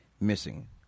missing